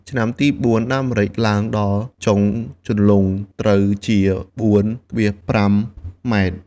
ឆ្នាំទី៤ ដើមម្រេចឡើងដល់ចុងជន្លង់ ត្រូវជា ៤,៥ម។